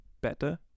better